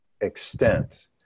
extent